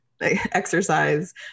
exercise